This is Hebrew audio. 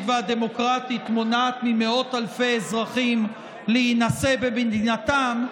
והדמוקרטית מונעת ממאות אלפי אזרחים להינשא במדינתם,